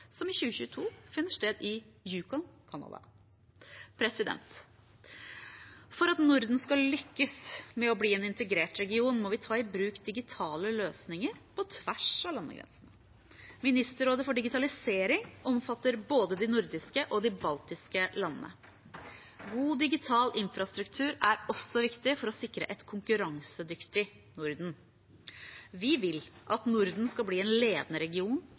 som i 2022 finner sted i Yukon i Canada. For at Norden skal lykkes med å bli en integrert region må vi ta i bruk digitale løsninger på tvers av landegrensene. Ministerrådet for digitalisering omfatter både de nordiske og de baltiske landene. God digital infrastruktur er også viktig for å sikre et konkurransedyktig Norden. Vi vil at Norden skal bli en ledende region